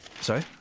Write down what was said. Sorry